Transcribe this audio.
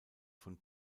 von